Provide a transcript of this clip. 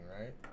right